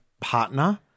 partner